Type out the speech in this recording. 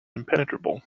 impenetrable